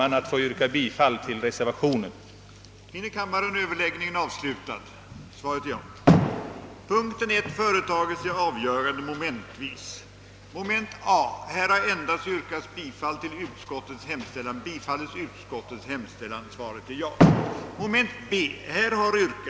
Jag ber att få yrka bifall till reservationen av herr Axel Andersson m.fl.